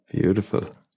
beautiful